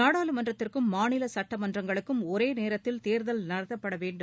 நாடாளுமன்றத்திற்கும் மாநிலசுட்டமன்றங்களுக்கும் ஒரேநேரத்தில் தேர்தல் நடத்தப்படவேண்டும்